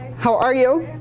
how are you?